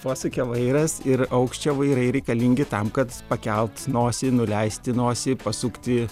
posūkio vairas ir aukščio vairai reikalingi tam kad pakelt nosį nuleisti nosį pasukti